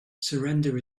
surrender